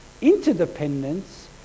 Interdependence